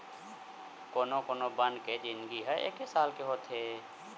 कोनो कोनो बन के जिनगी ह एके साल के होथे